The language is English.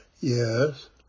Yes